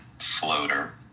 floater